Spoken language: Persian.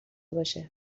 باشه